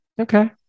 Okay